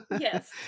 Yes